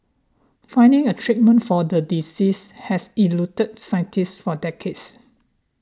finding a treatment for the disease has eluded scientists for decades